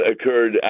occurred